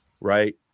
right